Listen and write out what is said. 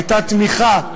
הייתה תמיכה,